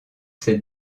ses